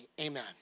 amen